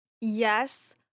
Yes